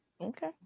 Okay